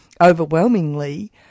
overwhelmingly